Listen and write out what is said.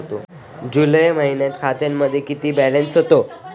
जुलै महिन्यात खात्यामध्ये किती बॅलन्स होता?